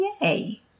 Yay